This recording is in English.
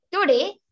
today